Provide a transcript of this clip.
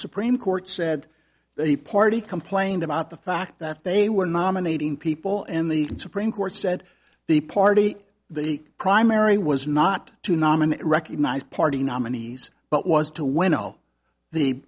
supreme court said the party complained about the fact that they were nominating people in the supreme court said the party the primary was not to nominate recognized party nominees but was to win